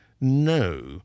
No